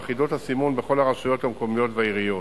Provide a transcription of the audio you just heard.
ואחידות הסימון בכל הרשויות המקומיות בעיריות.